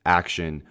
action